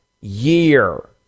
year